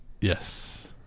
Yes